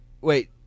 Wait